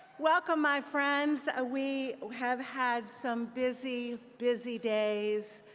welcome my friends! ah we have had some busy, busy days,